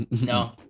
No